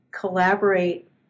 collaborate